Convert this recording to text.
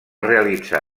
realitzar